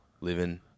Living